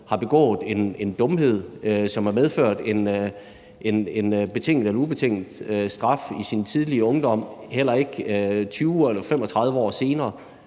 har begået en dumhed, som har medført en betinget eller ubetinget straf, heller ikke 20 eller 35 år senere